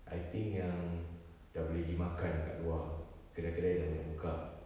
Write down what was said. I think yang dah boleh pergi makan dekat luar kedai-kedai dah banyak buka